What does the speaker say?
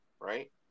right